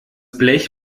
blech